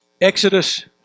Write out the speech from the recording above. Exodus